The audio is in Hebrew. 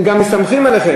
הם גם מסתמכים עליכם.